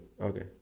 Okay